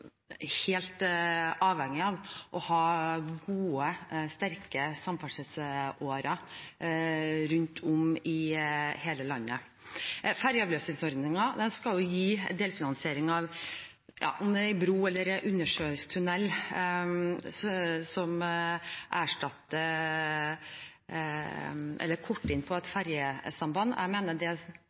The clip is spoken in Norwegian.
helt avhengige av å ha gode, sterke samferdselsårer rundt om i hele landet. Fergeavløsningsordningen skal gi delfinansiering av f.eks. en bro eller en undersjøisk tunnel som korter inn på et fergesamband. Jeg mener det